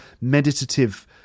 meditative